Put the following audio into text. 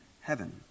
heaven